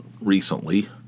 recently